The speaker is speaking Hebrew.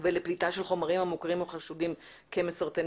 ולפליטה של חומרים המוכרים או חשודים כמסרטנים,